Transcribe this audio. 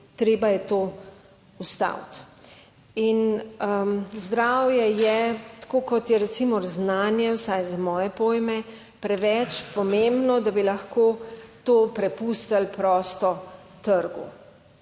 treba je to ustaviti. In zdravje je tako kot je recimo znanje - vsaj za moje pojme - preveč pomembno, da bi lahko to prepustili prosto trgu.